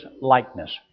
likeness